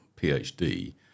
PhD